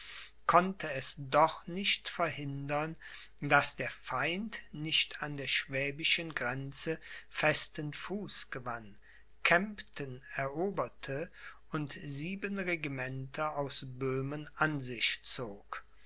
konnte es doch nicht verhindern daß der feind nicht an der schwäbischen grenze festen fuß gewann kempten eroberte und sieben regimenter aus böhmen an sich zog